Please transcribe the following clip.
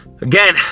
again